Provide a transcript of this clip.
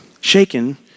Shaken